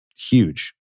huge